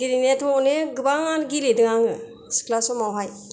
गेलेनायाथ' अनेक गोबाङानो गेलेदों आङो सिख्ला समावहाय